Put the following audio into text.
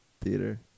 Theater